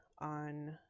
on